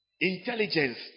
intelligence